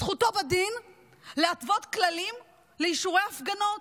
זכותו בדין להתוות כללים לאישורי הפגנות,